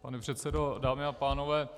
Pane předsedo, dámy a pánové.